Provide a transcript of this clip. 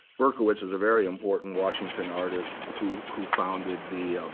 berkowitz is a very important washington artist who who founded the